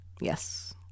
Yes